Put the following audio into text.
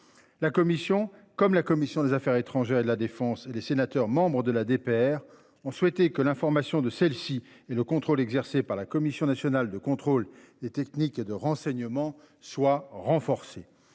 La Commission comme la commission des Affaires étrangères et de la défense. Les sénateurs membres de la DPR ont souhaité que l'information de celle-ci et le contrôle exercé par la Commission nationale de contrôle des techniques et de renseignement soient renforcées.